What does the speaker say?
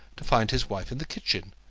to find his wife in the kitchen,